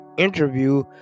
interview